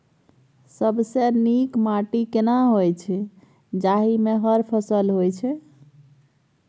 सबसे नीक माटी केना होय छै, जाहि मे हर फसल होय छै?